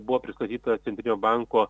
buvo pristatyta centrinio banko